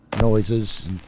noises